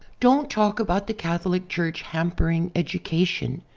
don't talk about the catholic church hamjiering educa tion.